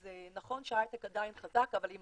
אז נכון שההייטק עדיין חזק, אבל אם